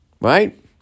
right